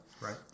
right